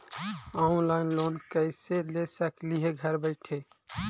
Online loan कैसे ले सकली हे घर बैठे?